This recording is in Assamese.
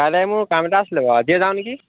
কাইলৈ মোৰ কাম এটা আছিলে বাৰু আজিয়ে যাওঁ নেকি